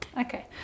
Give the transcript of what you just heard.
Okay